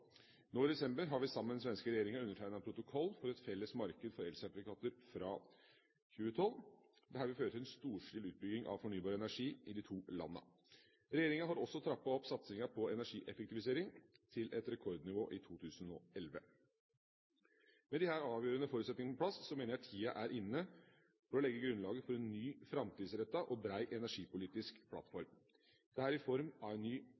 Nå i desember har vi sammen med den svenske regjeringa undertegnet en protokoll for et felles marked for elsertifikater fra 2012. Dette vil føre til en storstilt utbygging av fornybar energi i de to landene. Regjeringa har også trappet opp satsingen på energieffektivisering til et rekordnivå i 2011. Med disse avgjørende forutsetningene på plass mener jeg tida er inne for å legge grunnlaget for en ny framtidsrettet og bred energipolitisk plattform, dette i form av en ny